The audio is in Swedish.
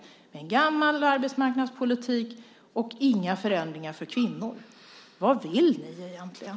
Det är en gammal arbetsmarknadspolitik, och den innebär inga förändringar för kvinnorna. Vad vill ni egentligen?